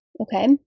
okay